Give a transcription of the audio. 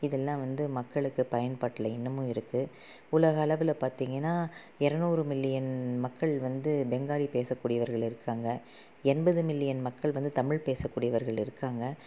இது எல்லாம் வந்து மக்களுக்கு பயன்பாட்டில் இன்னமும் இருக்குது உலக அளவில் பார்த்திங்கன்னா இரநூறு மில்லியன் மக்கள் வந்து பெங்காலி பேசக்கூடியவர்கள் இருக்காங்க எண்பது மில்லியன் மக்கள் வந்து தமிழ் பேசக்கூடியவர்கள் இருக்காங்க